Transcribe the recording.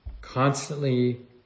constantly